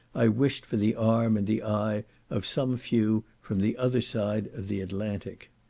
i wished for the arm and the eye of some few from the other side of the atlantic.